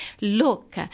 look